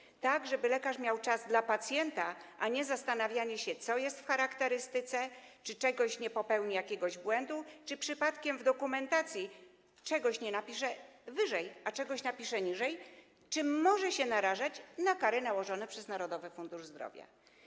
Chodzi o to, żeby lekarz miał czas dla pacjenta, a nie zastanawiał się, co jest w charakterystyce, czy nie popełni jakiegoś błędu, czy przypadkiem w dokumentacji czegoś nie napisze wyżej, a czegoś niżej, czym może się narazić na kary nakładane przez Narodowy Fundusz Zdrowia.